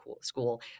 school